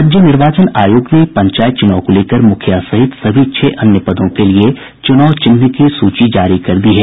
राज्य निर्वाचन आयोग ने पंचायत चुनाव को लेकर मुखिया सहित सभी छह अन्य पदों के लिए चुनाव चिन्ह की सूची जारी कर दी है